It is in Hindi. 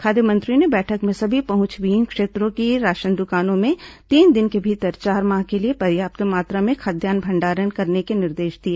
खाद्य मंत्री ने बैठक में सभी पहंचविहीन क्षेत्रों की राशन दुकानों में तीन दिन के भीतर चार माह के लिए पर्याप्त मात्रा में खाद्यान्न भंडारण करने के निर्देश दिए